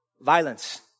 Violence